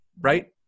right